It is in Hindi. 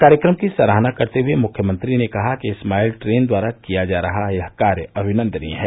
कार्यक्रम की सराहना करते हुये मुख्यमंत्री ने कहा कि स्माइल ट्रेन द्वारा किया जा रहा यह कार्य अभिनन्दनीय है